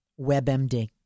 WebMD